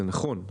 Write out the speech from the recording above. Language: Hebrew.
זה נכון,